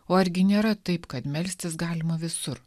o argi nėra taip kad melstis galima visur